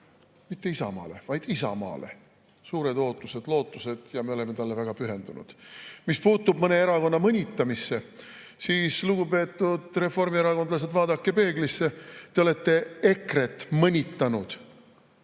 mitte Isamaale, vaid isamaale – suured ootused-lootused ja me oleme talle väga pühendunud. Mis puutub mõne erakonna mõnitamisse, siis lugupeetud reformierakondlased, vaadake peeglisse, te olete EKRE-t mõnitanud